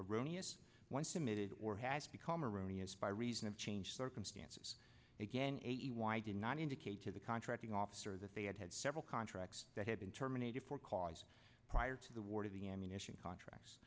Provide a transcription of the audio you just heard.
erroneous once emitted or has become or rooney is by reason of changed circumstances again eighty why did not indicate to the contracting officer that they had had several contracts that had been terminated for cause prior to the war to the ammunition contracts